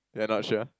you're not sure